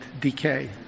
decay